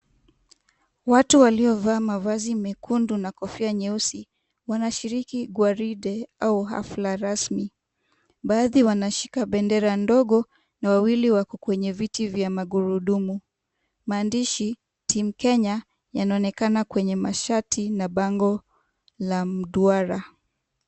Watu waliovaa mavazi mekundu na kofia nyeusi, wanasiriki gwaride au hafla rasmi. Baadhi bwannashika bebdera ndogo na wawili wako kwenye viti vya magurudumu. Maandishi Team Kenya yanaonekana kwenye mashatina bango la mduara.